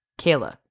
Kayla